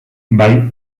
bai